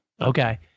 Okay